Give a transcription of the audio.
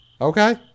Okay